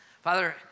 Father